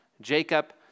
Jacob